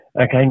Okay